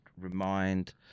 remind